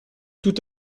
tout